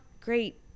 great